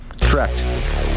Correct